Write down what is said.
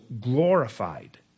glorified